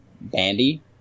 Bandy